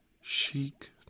chic